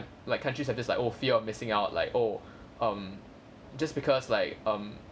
like countries have this like oh fear of missing out like oh um just because like um